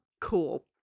cool